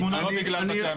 זה לא בגלל בתי המשפט.